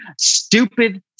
stupid